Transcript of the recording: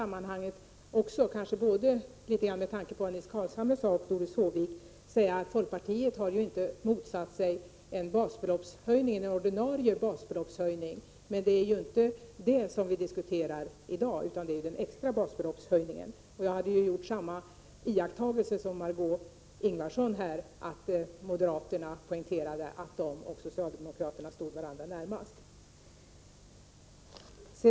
Med tanke på vad både Nils Carlshamre och Doris Håvik sade vill jag påpeka att folkpartiet inte har motsatt sig en ordinarie basbeloppshöjning. Det är emellertid inte en sådan vi diskuterar i dag, utan vi diskuterar den extra basbeloppshöjningen. Jag gjorde samma iakttagelse som Margö Ingvardsson, nämligen att moderaterna poängterade att de och socialdemokraterna stod varandra nära.